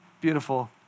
beautiful